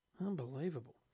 Unbelievable